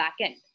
backend